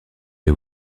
les